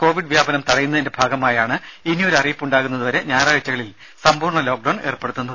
Covid വ്യാപനം തടയുന്നതിന്റെ ഭാഗമായാണ് ഇനിയൊരു അറിയിപ്പ് ഉണ്ടാകുന്നത് വരെ ഞായറാഴ്ചകളിൽ സമ്പൂർണ്ണ ലോക്ക്ഡൌൺ ഏർപ്പെടുത്തുന്നത്